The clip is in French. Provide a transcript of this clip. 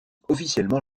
officiellement